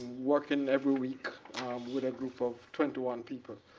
working every week with a group of twenty one people.